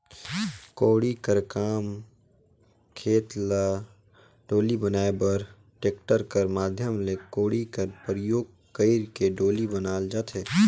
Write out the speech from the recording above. कोड़ी कर काम खेत ल डोली बनाए बर टेक्टर कर माध्यम ले कोड़ी कर परियोग कइर के डोली बनाल जाथे